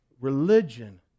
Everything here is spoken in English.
Religion